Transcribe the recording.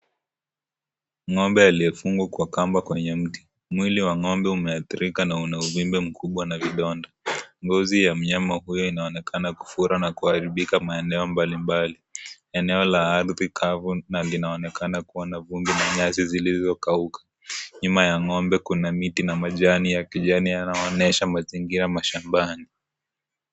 Ng'ombe aliyefungwa kwa kamba kwenye mti, mwili wa ng'ombe umeathirika na una uvimbe mkubwa na vidonda, ngozi ya mnyama huyo inaonekana kufura na kuharibika maeneo mbalimbali eneo la ardhi kavu na inaonekana kuwa na vumbi na nyasi zilizokauka, nyuma ya ng'ombe kuna miti ina majani ya kijani yanayoonyesha mazingira mashambani.